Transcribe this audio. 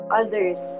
others